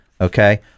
Okay